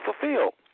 fulfilled